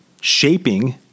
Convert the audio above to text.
shaping